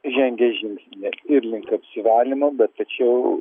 žengė žingsnį ir link apsivalymo bet tačiau